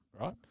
Right